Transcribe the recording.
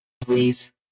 please